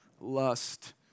lust